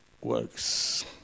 works